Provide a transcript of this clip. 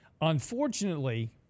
Unfortunately